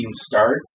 start